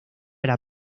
era